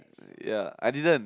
ya I didn't